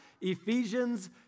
Ephesians